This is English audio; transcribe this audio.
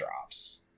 drops